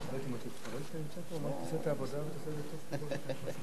התשע"ב 2012, שהחזירה